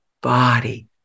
body